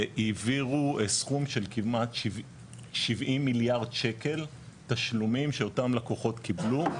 העבירו סכום של כמעט 70 מיליארד שקלים תשלומים שאותם לקוחות קיבלו,